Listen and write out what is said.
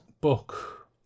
book